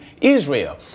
Israel